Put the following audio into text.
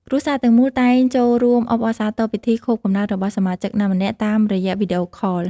គ្រួសារទាំងមូលតែងចូលរួមអបអរសាទរពិធីខួបកំណើតរបស់សមាជិកណាម្នាក់ តាមរយៈវីដេអូខល។